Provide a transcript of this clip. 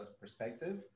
perspective